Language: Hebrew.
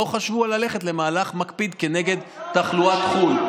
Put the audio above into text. לא חשבו ללכת למהלך מקפיד כנגד תחלואת חו"ל.